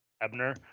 Ebner